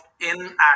inaction